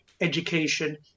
education